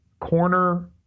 corner